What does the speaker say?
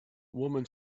woman